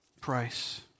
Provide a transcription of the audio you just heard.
price